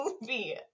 movie